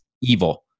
evil